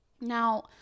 now